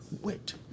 Wait